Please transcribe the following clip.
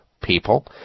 people